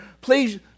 please